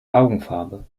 augenfarbe